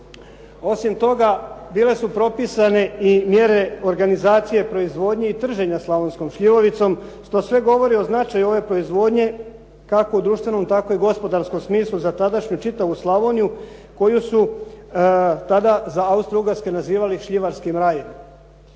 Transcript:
Osim toga, bile su propisane i mjere organizacije proizvodnje i trženja slavonskom šljivovicom što sve govori o značaju ove proizvodnje kako u društvenom tako i gospodarskom smislu za tadašnju čitavu Slavoniju koju su tada za Austro-ugarske nazivali šljivarskim rajem.